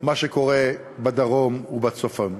מה שקורה בדרום ובצפון.